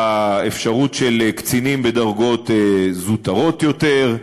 באפשרות של קצינים בדרגות זוטרות יותר,